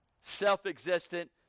Self-existent